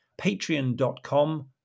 patreon.com